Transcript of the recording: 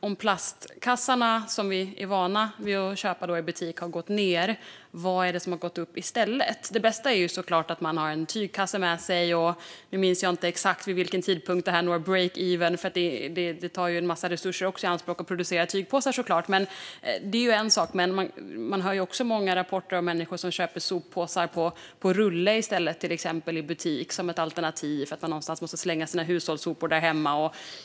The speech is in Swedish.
Om plastkassarna som vi är vana vid att köpa i butik har gått ned, vad är det som har gått upp i stället? Det bästa är såklart att man har en tygkasse med sig. Nu minns jag inte exakt vid vilken tidpunkt det når break-even, för att producera tygkassar tar såklart också en massa resurser i anspråk. Det är en sak. Men vi hör också många rapporter om människor som köper till exempel soppåsar på rulle i butik som ett alternativ för att man måste slänga sina hushållssopor där hemma någonstans.